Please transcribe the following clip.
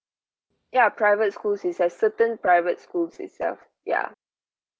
ya private schools is like certain private schools itself ya